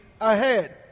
ahead